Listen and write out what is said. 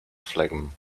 phlegm